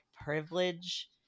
privilege